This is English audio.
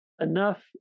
enough